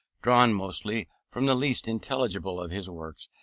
drawn mostly from the least intelligible of his works,